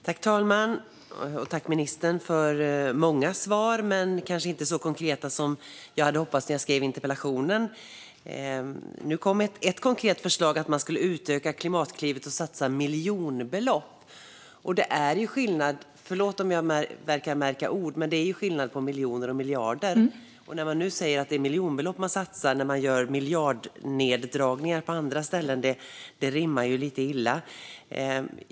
Fru talman! Tack, ministern, för många svar! Men de kanske inte var så konkreta som jag hade hoppats när jag skrev interpellationen. Nu kom dock ett konkret förslag: att man skulle utöka Klimatklivet och satsa miljonbelopp. Förlåt om jag verkar märka ord, men det är skillnad på miljoner och miljarder. När man nu säger att det är miljonbelopp man satsar när man gör miljardneddragningar på andra ställen rimmar det lite illa.